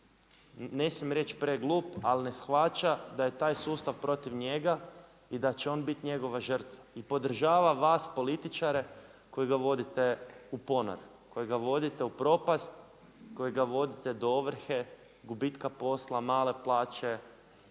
ne smijem reći preglup ali ne shvaća da je taj sustav protiv njega i da će on biti njegova društva. I podržava vas političare koji ga vodite u ponor, koji ga vodite u propast, koji ga vodite do ovrhe, gubitka posla, male plaće,